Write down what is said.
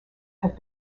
have